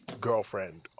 girlfriend